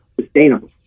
sustainable